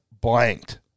blanked